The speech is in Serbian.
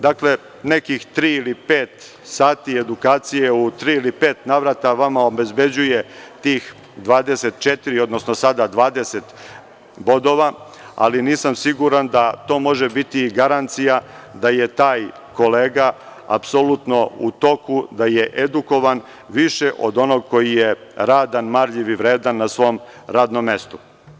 Dakle, nekih tri ili pet sati edukacije u tri ili pet navrata vama obezbeđuje tih 24, odnosno sada 20 bodova, ali nisam siguran da to može biti i garancija da je taj kolega apsolutno u toku, da je edukovan više od onog koji je radan, marljiv i vredan na svom radnom mestu.